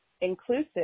inclusive